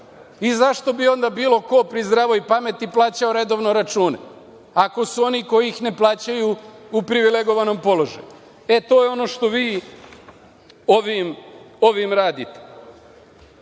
Zašto bi onda bilo ko pri zdravoj pameti plaćao redovno račune, ako su oni koji ih ne plaćaju u privilegovanom položaju? To je ono što vi ovim radite. Opet